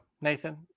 Nathan